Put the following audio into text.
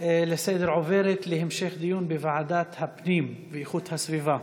לסדר-היום עוברת להמשך דיון בוועדת הפנים והגנת הסביבה.